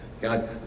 God